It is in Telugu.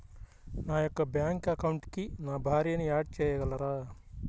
నా యొక్క బ్యాంక్ అకౌంట్కి నా భార్యని యాడ్ చేయగలరా?